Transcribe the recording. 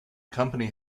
company